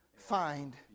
find